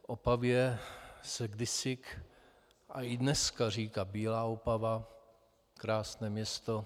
Opavě se kdysi a i dneska říká bílá Opava, krásné město.